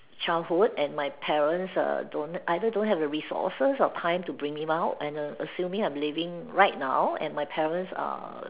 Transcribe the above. childhood and my parents err don't either don't have the resources or time to bring me out and err assuming I'm living right now and my parents are